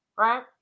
Right